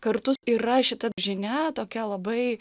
kartu yra šita žinia tokia labai